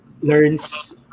learns